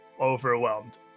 overwhelmed